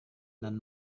dan